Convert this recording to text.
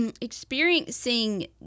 experiencing